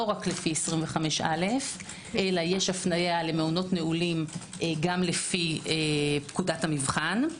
לא רק לפי 25א אלא יש הפניה למעונות נעולים גם לפי פקודת המבחן.